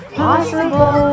possible